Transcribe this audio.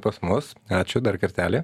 pas mus ačiū dar kartelį